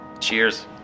Cheers